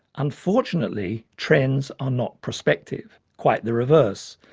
unfortunately trends are not prospective, quite the reverse.